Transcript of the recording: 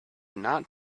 not